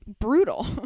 brutal